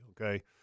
Okay